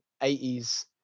80s